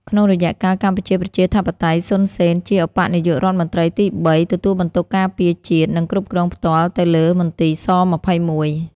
ក្នុងរយៈកាលកម្ពុជាប្រជាធិបតេយ្យ សុន សេន ជាឧបនាយករដ្ឋមន្ត្រីទីបី ទទួលបន្ទុកការពារជាតិ និងគ្រប់គ្រង់ផ្ទាល់ទៅលើមន្ទីរស២១។